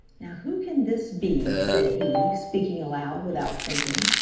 now who can this be? said he, speaking aloud without thinking.